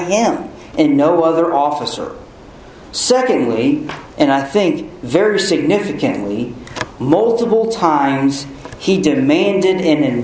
him and no other officer secondly and i think very significantly multiple times he demanded in